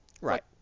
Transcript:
Right